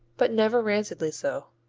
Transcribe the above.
but never rancidly so.